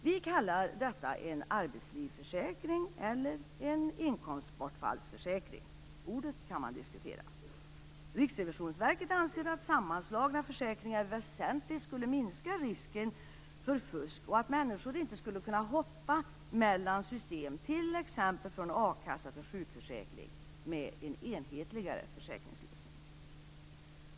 Vi kallar detta för en arbetslivsförsäkring eller inkomstbortfallsförsäkring. Ordet kan man diskutera. Riksrevisionsverket anser att sammanslagna försäkringar väsentligt skulle minska risken för fusk och att människor inte skulle kunna hoppa mellan olika system, t.ex. från a-kassa till sjukförsäkring, med en enhetligare försäkringslösning.